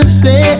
say